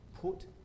Put